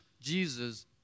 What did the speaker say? Jesus